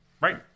Right